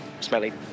smelly